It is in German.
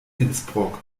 innsbruck